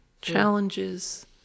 challenges